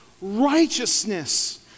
righteousness